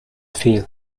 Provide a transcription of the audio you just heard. feel